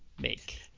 make